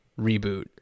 reboot